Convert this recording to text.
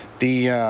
the